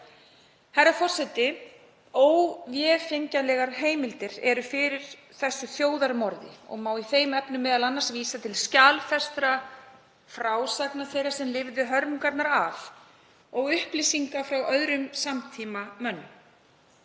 Herra forseti. Óvefengjanlegar heimildir eru fyrir þessu þjóðarmorði og má í þeim efnum meðal annars vísa til skjalfestra frásagna þeirra sem lifðu hörmungarnar af og upplýsinga frá öðrum samtímamönnum.